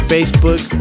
Facebook